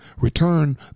return